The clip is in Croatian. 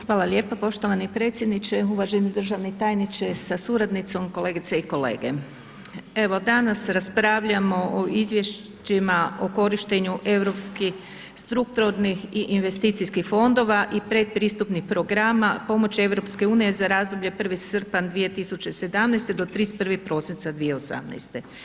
Hvala lijepa poštovani predsjedniče, uvaženi državni tajniče sa suradnicom, kolegice i kolege, evo danas raspravljamo o Izvješćima o korištenju Europskih strukturnih i investicijskih fondova i pretpristupnih programa pomoći EU za razdoblje 1. srpnja 2017. do 31. prosinca 2018.